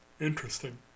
Interesting